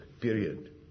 period